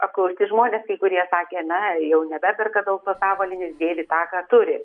apklausti žmonės kai kurie sakė na jau nebeperka daug tos avalynės dėvi tą ką turi